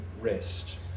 rest